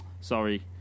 Sorry